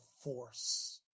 force